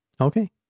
Okay